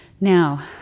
Now